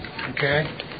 okay